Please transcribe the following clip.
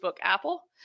Apple